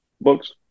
books